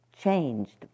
changed